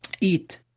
eat